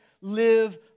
live